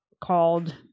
called